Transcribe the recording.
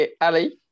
Ali